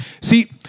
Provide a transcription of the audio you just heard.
See